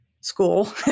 school